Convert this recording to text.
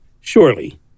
Surely